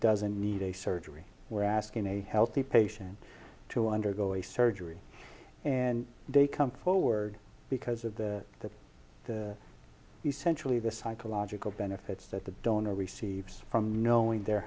doesn't need a surgery we're asking a healthy patient to undergo a surgery and they come forward because of the the essentially the psychological benefits that the donor receives from knowing they're